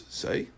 say